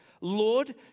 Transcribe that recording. Lord